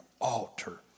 altar